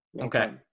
okay